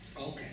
Okay